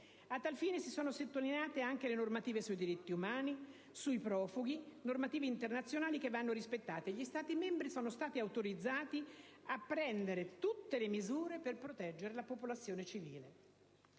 A tal fine, si sono sottolineate anche le normative sui diritti umani e sui profughi, normative internazionali che vanno rispettate. Gli Stati membri sono stati autorizzati a prendere tutte le misure per proteggere la popolazione civile.